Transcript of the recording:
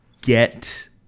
get